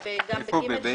גם ב-(ג)?